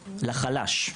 לחלש,